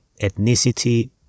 ethnicity